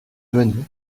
venait